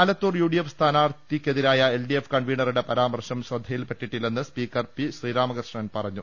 Alathur U D F സ്ഥാനാർത്ഥിക്കെതിരായ L D F കൺവീനറുടെ പരാമർശം ശ്രദ്ധയിൽപ്പെട്ടിട്ടില്ലെന്ന് സ്പീക്കർ പി ശ്രീരാമകൃഷ്ണൻ പറഞ്ഞു